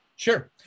Sure